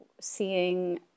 seeing